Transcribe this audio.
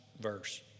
verse